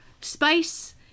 spice